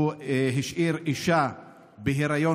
הוא השאיר אישה בהיריון,